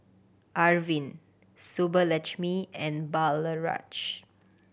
Arvind Subbulakshmi and